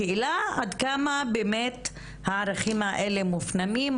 השאלה עד כמה באמת הערכים האלה מופנימים,